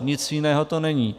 Nic jiného to není.